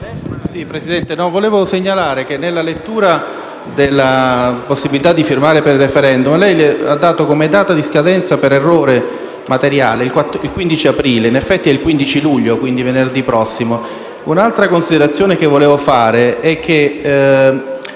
Presidente, volevo segnalare che, nel dare lettura della possibilità di firmare per il *referendum*, lei ha indicato come data di scadenza, per errore materiale, il 15 aprile. In effetti, la data è il 15 luglio, cioè venerdì prossimo. Altra considerazione che volevo fare è la